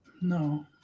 No